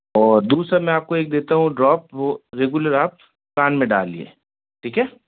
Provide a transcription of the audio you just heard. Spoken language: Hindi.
और दूसरा मैं आप को एक देता हूँ ड्रॉप वो रेगुलर आप कान में डालिए ठीक है